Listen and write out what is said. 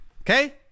Okay